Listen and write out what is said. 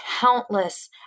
countless